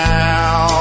now